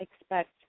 expect